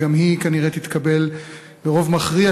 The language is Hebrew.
שגם היא כנראה תתקבל ברוב מכריע,